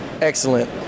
Excellent